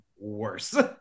worse